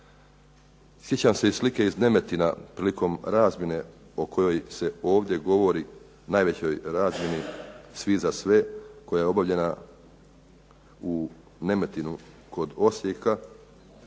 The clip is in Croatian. Sjećam se i slike iz Nemetina prilikom razmjene o kojoj se ovdje govori, najvećoj razmjeni svi za sve koja je obavljena u Nemetinu kod Osijeka